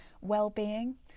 Well-being